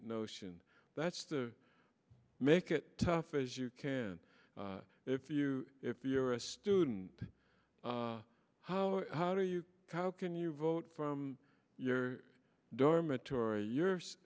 notion that's to make it tough as you can if you if you're a student how how do you how can you vote from your dormitory y